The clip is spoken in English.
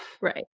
Right